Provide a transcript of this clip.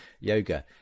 yoga